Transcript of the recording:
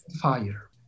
fire